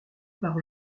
par